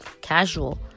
casual